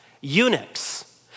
eunuchs